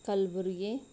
Kalburgi